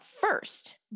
first